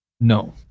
no